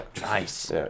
nice